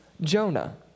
Jonah